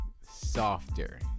softer